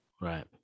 right